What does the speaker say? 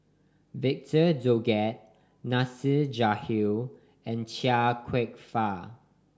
Victor Doggett Nasir Jalil and Chia Kwek Fah